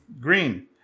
Green